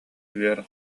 үөр